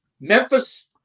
Memphis